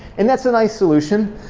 and that's a nice solution,